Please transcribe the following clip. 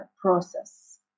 process